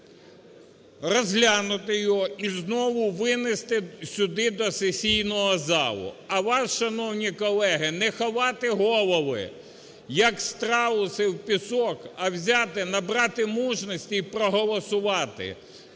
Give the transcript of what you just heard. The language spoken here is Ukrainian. розглянути його і знову винести сюди, до сесійного залу. А вас, шановні колеги, не ховати голови, як страуси в пісок, а взяти, набрати мужності в проголосувати.